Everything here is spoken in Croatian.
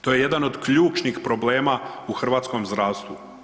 To je jedan od ključnih problema u hrvatskom zdravstvu.